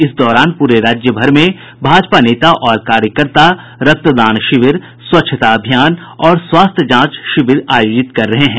इस दौरान पूरे राज्यभर में भाजपा नेता और कार्यकर्ता रक्तदान शिविर स्वच्छता अभियान और स्वास्थ्य जांच शिविर आयोजित कर रहे हैं